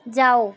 ਜਾਓ